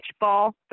ball